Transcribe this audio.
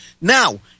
Now